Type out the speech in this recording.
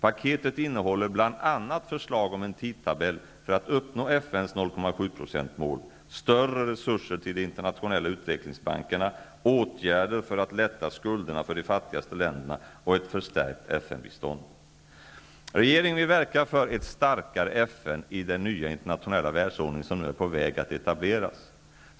Paketet innehåller bl.a. förslag om en tidtabell för att uppnå FN:s 0,7-procentsmål, större resurser till de internationella utvecklingsbankerna, åtgärder för att lätta skulderna för de fattigaste länderna och ett förstärkt FN-bistånd. Regeringen vill verka för ett starkare FN i den nya internationella världsordning som nu är på väg att etableras.